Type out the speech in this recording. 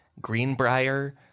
Greenbrier